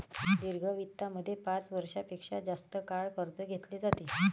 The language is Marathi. दीर्घ वित्तामध्ये पाच वर्षां पेक्षा जास्त काळ कर्ज घेतले जाते